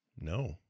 No